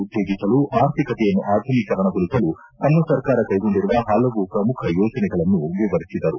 ಉತ್ತೇಜಿಸಲು ಆರ್ಥಿಕತೆಯನ್ನು ಆಧುನೀಕರಣಗೊಳಿಸಲು ತಮ್ನ ಸರ್ಕಾರ ಕೈಗೊಂಡಿರುವ ಹಲವು ಪ್ರಮುಖ ಯೋಜನೆಗಳನ್ನು ವಿವರಿಸಿದರು